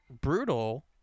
Brutal